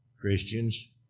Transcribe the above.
Christians